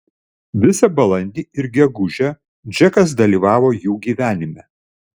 visą balandį ir gegužę džekas dalyvavo jų gyvenime